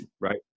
right